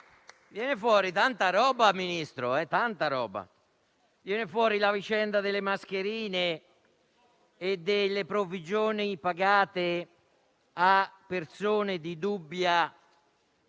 viene fuori tanta roba, signor Ministro. Viene fuori la vicenda delle mascherine e delle provvigioni pagate a persone di dubbia,